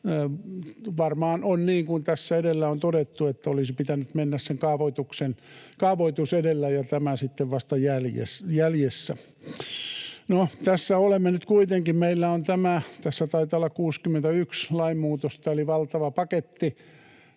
varmaan on niin kuin tässä edellä on todettu, että olisi pitänyt mennä se kaavoitus edellä ja tämä sitten vasta jäljessä. No, tässä olemme nyt kuitenkin. Meillä on tämä paketti— tässä taitaa olla 61 lainmuutosta eli valtava paketti,